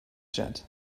jet